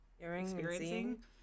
Experiencing